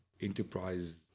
enterprise